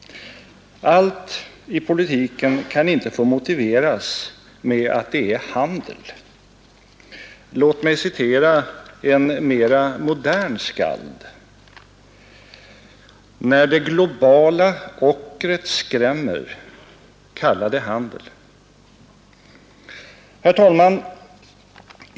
Allt i politiken kan inte få motiveras med att det är handel. Låt mig citera en mera modern skald: ”När det globala ockret skrämmer — kalla det handel!